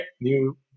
new